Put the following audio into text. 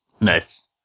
Nice